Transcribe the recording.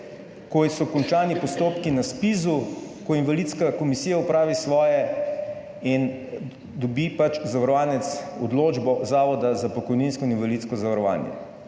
ko so končani postopki na ZPIZ-u, ko invalidska komisija opravi svoje in dobi pač zavarovanec odločbo Zavoda za pokojninsko in invalidsko zavarovanje,